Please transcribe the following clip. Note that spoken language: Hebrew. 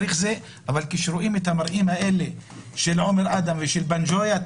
אבל כשרואים את המראות האלה של עומר אדם ושל פאנג'ויה,